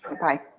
Bye